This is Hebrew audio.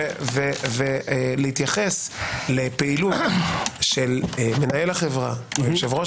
ולהתייחס לפעילות של מנהל או יושב-ראש